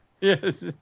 Yes